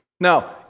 Now